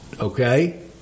okay